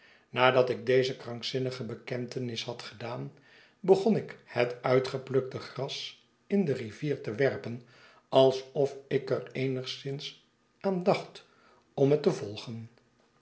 nadat ik deze krankzinnige bekentenis had gedaan begon ik het uitgeplukte gras in de nvier te werpen alsof ik erynigszins aan dacht om het te volgen